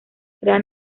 crea